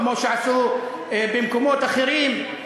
כמו שעשו במקומות אחרים,